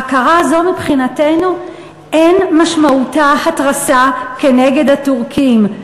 ההכרה הזאת מבחינתנו אין משמעותה התרסה כנגד הטורקים.